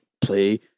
play